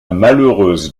malheureuse